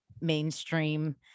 mainstream